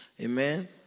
Amen